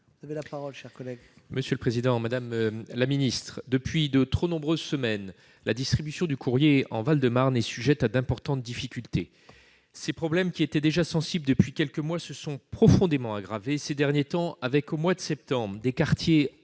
Madame la secrétaire d'État, depuis de trop nombreuses semaines, la distribution du courrier dans le Val-de-Marne est sujette à d'importantes difficultés. Ces problèmes, qui étaient déjà sensibles depuis quelques mois, se sont profondément aggravés ces derniers temps, avec, au mois de septembre, des quartiers